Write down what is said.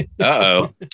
Uh-oh